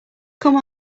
come